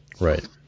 Right